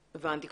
הבנתי.